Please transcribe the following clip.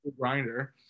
Grinder